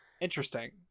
Interesting